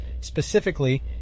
specifically